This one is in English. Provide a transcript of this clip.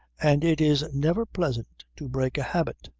and it is never pleasant to break a habit.